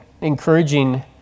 encouraging